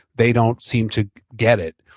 they don't seem to get it.